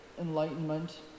enlightenment